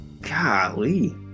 Golly